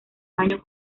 año